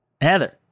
Heather